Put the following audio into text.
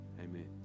Amen